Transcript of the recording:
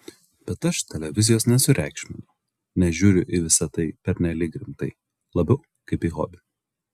bet aš televizijos nesureikšminu nežiūriu į visa tai pernelyg rimtai labiau kaip į hobį